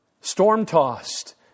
Storm-tossed